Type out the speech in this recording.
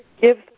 Give